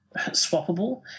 swappable